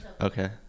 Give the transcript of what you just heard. okay